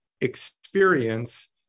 experience